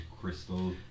crystal